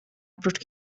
oprócz